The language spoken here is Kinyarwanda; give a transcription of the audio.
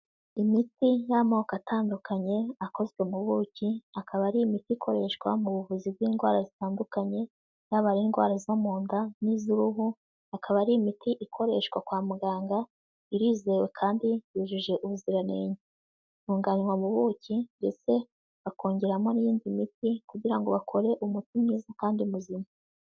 Imiti y'amoko atandukanye akozwe mu buki akaba ari imiti ikoreshwa mu buvuzi bw'indwara zitandukanye zabaye indwara zo mu nda n'iz'uruhu. Akaba ari imiti ikoreshwa kwa muganga. Irizewe kandi yujuje ubuziranenge. Itunganywa mu buki ndetse bakongeramo n'indi miti kugira ngo bakore umuti mwiza kandi muzima.